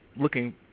looking